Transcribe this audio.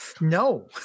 No